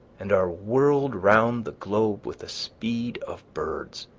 and are whirled round the globe with the speed of birds,